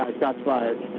ah shots fired.